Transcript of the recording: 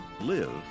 Live